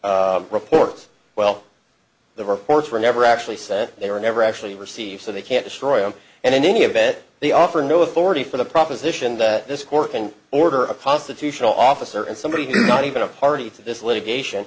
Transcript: these reports well the reports were never actually sent they were never actually received so they can't destroy them and in any event they offer no authority for the proposition that this court can order a constitutional officer and somebody who is not even a party to this litigation